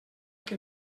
que